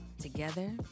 Together